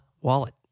wallet